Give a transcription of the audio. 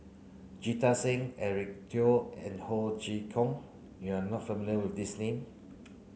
Jita Singh Eric and Ho Chee Kong you are not familiar with these name